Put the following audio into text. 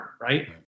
Right